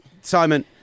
Simon